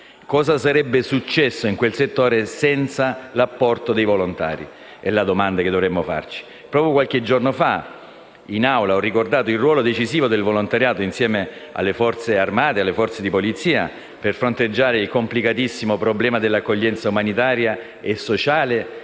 Cosa sarebbe successo in quel settore senza l'apporto dei volontari? Proprio qualche giorno fa in Aula ho ricordato il ruolo decisivo del volontariato, insieme alle Forze armate e di polizia, per fronteggiare il complicatissimo problema dell'accoglienza umanitaria e sociale